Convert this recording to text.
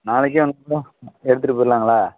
நாளைக்கே வந்தால் எடுத்துகிட்டுப் போயிடலாங்களா